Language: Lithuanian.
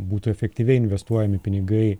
būtų efektyviai investuojami pinigai